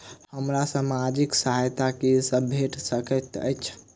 हमरा सामाजिक सहायता की सब भेट सकैत अछि?